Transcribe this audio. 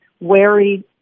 wary